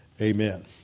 Amen